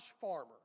Farmer